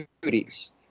duties